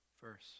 verse